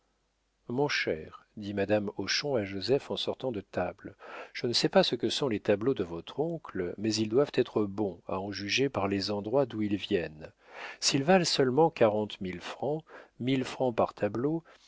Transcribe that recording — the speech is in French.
mon cher dit madame hochon à joseph en sortant de table je ne sais pas ce que sont les tableaux de votre oncle mais ils doivent être bons à en juger par les endroits d'où ils viennent s'ils valent seulement quarante mille francs mille francs par